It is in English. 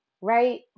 right